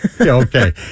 Okay